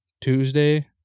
Tuesday